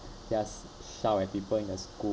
just shout at people in the school